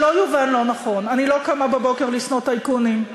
שלא יובן לא נכון: אני לא קמה בבוקר לשנוא טייקונים,